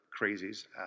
crazies